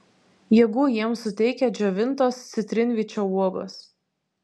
jėgų jiems suteikia džiovintos citrinvyčio uogos